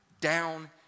down